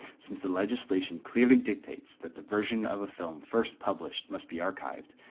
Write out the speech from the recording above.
since the legislation clearly dictates that the version of a film first published must be archived,